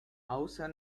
außer